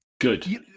Good